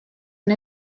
and